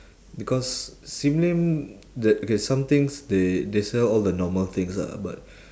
because sim lim the okay somethings they they sell all the normal things ah but